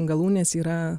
galūnės yra